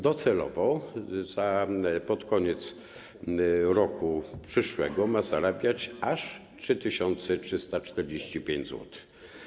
Docelowo pod koniec roku przyszłego ma zarabiać aż 3345 zł.